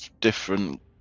different